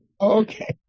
Okay